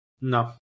No